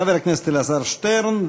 חבר הכנסת אלעזר שטרן,